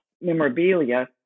memorabilia